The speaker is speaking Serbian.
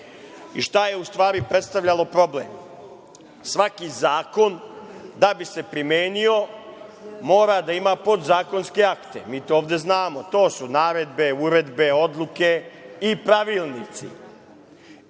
šta je u stvari prestavljalo problem? Svaki zakon da bi se primenio mora da ima podzakonske akte. Mi to ovde znamo. To su naredbe, uredbe, odluke i pravilnici.